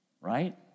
right